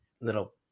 little